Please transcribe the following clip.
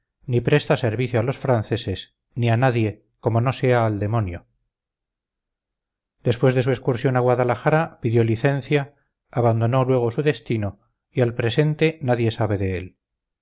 ni presta servicio a los franceses ni a nadie como no sea al demonio después de su excursión a guadalajara pidió licencia abandonó luego su destino y al presente nadie sabe de él